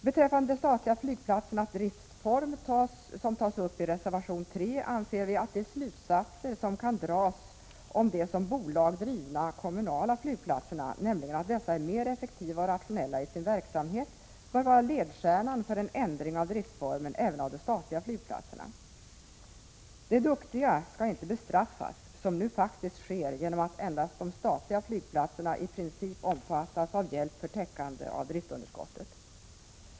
Beträffande de statliga flygplatsernas driftsform, som tas upp i reservation 3, anser vi att de slutsatser som kan dras om de som bolag drivna kommunala flygplatserna, nämligen att dessa är mer effektiva och rationella i sin verksamhet, bör vara ledstjärnan för en ändring av driftsformen även av de statliga flygplatserna. De duktiga skall inte bestraffas, som nu faktiskt sker genom att endast de statliga flygplatserna i princip omfattas av hjälp för täckande av driftunderskottet.